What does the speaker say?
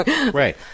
Right